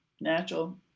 natural